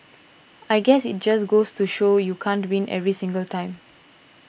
I guess it just goes to show you can't win every single time